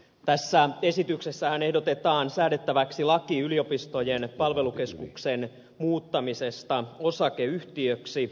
tässä esityksessähän ehdotetaan säädettäväksi laki yliopistojen palvelukeskuksen muuttamisesta osakeyhtiöksi